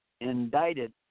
indicted